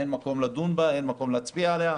ולכן אין מקום לדון בו ואין מקום להצביע עליו.